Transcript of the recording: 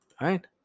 right